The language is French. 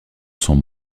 sont